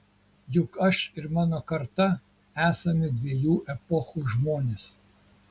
juk aš ir mano karta esame dviejų epochų žmonės